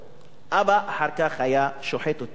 אבא אחר כך היה שוחט אותם,